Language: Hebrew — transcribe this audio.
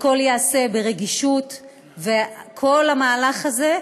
הכול ייעשה ברגישות, וכל המהלך הזה,